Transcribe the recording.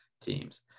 teams